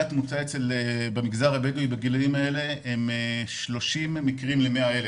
התמותה במגזר הבדואי בגילאים האלה הם 30 מקרים ל-100,000.